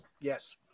Yes